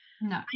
no